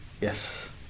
Yes